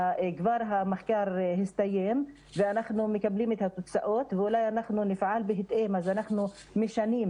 המחקר הסתיים ואנחנו אמורים לקבל את התוצאות ואולי נפעל בהתאם ונשנה.